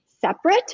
separate